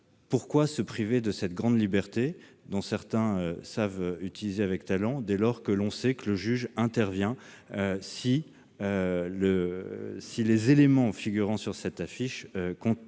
pourquoi se priver de cette grande liberté que certains savent utiliser avec talent, dès lors que l'on sait que le juge intervient si les éléments figurant sur l'affiche induisent